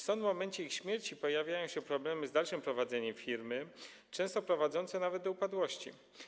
Stąd w momencie śmierci przedsiębiorcy pojawiają się problemy z dalszym prowadzeniem firmy, często prowadzące nawet do upadłości.